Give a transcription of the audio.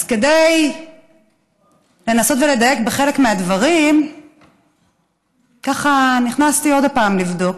אז כדי לנסות לדייק בחלק מהדברים נכנסתי עוד הפעם לבדוק,